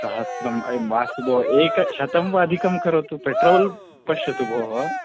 सहस्रम् अये मास्तु भोः एकशतं वा अधिकं करोतु पेट्रोल् पश्यतु भोः